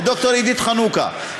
לד"ר עידית חנוכה,